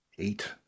eight